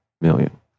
million